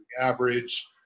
Average